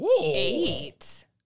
Eight